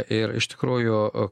ir iš tikrųjų